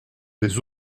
des